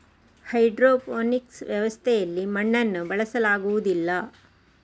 hydroponics ವ್ಯವಸ್ಥೆಯಲ್ಲಿ ಮಣ್ಣನ್ನು ಬಳಸಲಾಗುವುದಿಲ್ಲ